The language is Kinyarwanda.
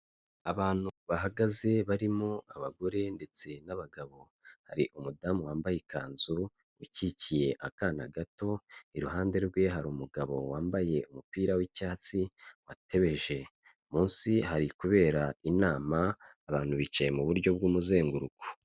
Abantu bahagaze barimo abagore ndetse n'abagabo, hari umudamu wambaye ikanzu, ukikiye akana gato, iruhande rwe hari umugabo wambaye umupira w'icyatsi watebeje, munsi hari kubera inama abantu bicaye mu buryo bw'umuzenguruko.